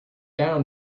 down